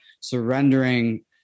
surrendering